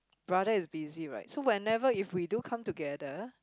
brother is busy right so whenever if we do come together